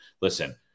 Listen